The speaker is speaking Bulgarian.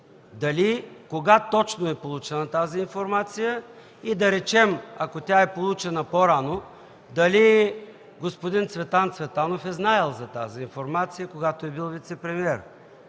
точно кога е получена тази информация и, да речем, ако тя е получена по-рано, дали господин Цветан Цветанов е знаел за информацията, когато е бил вицепремиер,